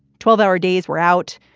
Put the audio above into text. twelve hour days were out.